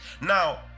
now